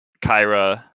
Kyra